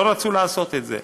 לא רצו לעשות את זה.